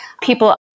People